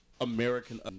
American